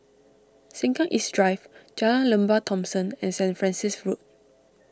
Sengkang East Drive Jalan Lembah Thomson and Saint Francis Road